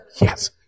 Yes